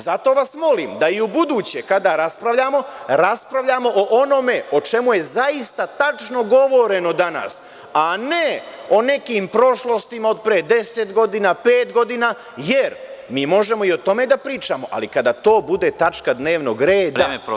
Zato vas molim da i ubuduće kada raspravljamo, raspravljamo o onome o čemu je zaista tačno govoreno danas, a ne o nekim prošlostima od pre 10 godina, pet godina, jer mi možemo i o tome da pričamo, ali kada to bude tačka dnevnog reda.